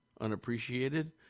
unappreciated